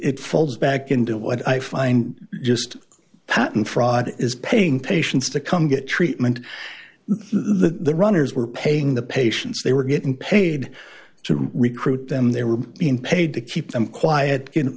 folds back into what i find just patent fraud is paying patients to come get treatment the runners were paying the patients they were getting paid to recruit them they were being paid to keep them quiet